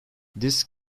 this